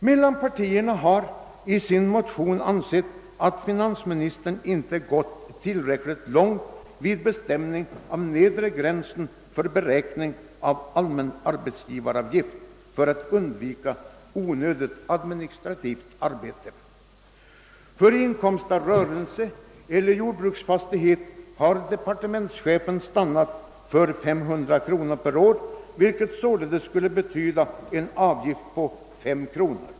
Mittenpartierna har i sitt motionspar hävdat att finansministern inte gått tillräckligt långt vid bestämningen av nedre gränsen för beräkning av allmän arbetsgivaravgift för att undvika onödigt administrativt arbete. För inkomst av rörelse eller jordbruksfastighet har departementschefen stannat för 500 kronor per år, vilket således skulle betyda en avgift på 5 kronor.